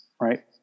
Right